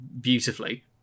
beautifully